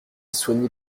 soigné